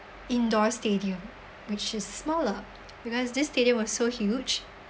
indoor stadium which is smaller because this stadium was so huge